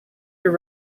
your